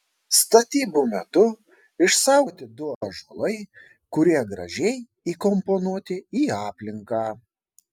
statybų metu išsaugoti du ąžuolai kurie gražiai įkomponuoti į aplinką